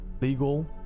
legal